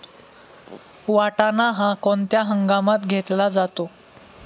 वाटाणा हा कोणत्या हंगामात घेतला जातो?